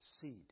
seed